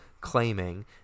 claiming